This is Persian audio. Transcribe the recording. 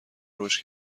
رشد